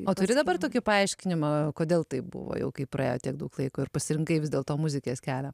o turi dabar tokį paaiškinimą kodėl taip buvo jau kai praėjo tiek daug laiko ir pasirinkai vis dėlto muzikės kelią